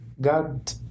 God